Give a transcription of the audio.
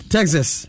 Texas